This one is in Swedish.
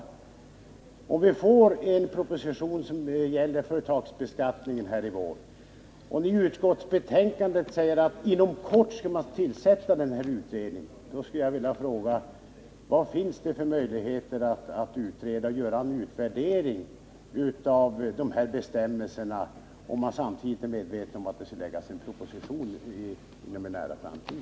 Mot bakgrund av att vi får en proposition om företagsbeskattningen under våren och att det i utskottsbetänkandet står att man inom kort skall tillsätta den här utredningen skulle jag vilja fråga: Vilka möjligheter finns det att hinna göra en utvärdering av bestämmelserna, om man samtidigt är medveten om att det skall läggas fram en proposition i frågan inom en nära framtid?